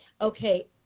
Okay